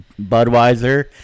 Budweiser